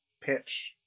Pitch